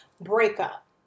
breakup